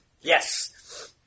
Yes